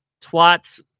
Twats